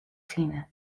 fine